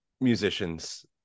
musicians